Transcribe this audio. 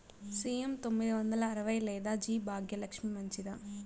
CM తొమ్మిది వందల అరవై లేదా జి భాగ్యలక్ష్మి మంచిదా?